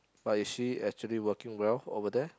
but is she actually working well over there